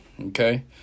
Okay